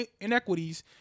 inequities